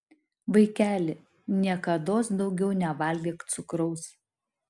vaikeli niekados daugiau nevalgyk cukraus